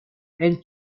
and